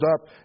up